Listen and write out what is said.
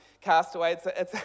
Castaway